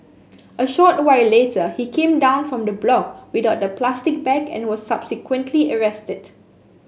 a short while later he came down from the block without the plastic bag and was subsequently arrested